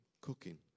cooking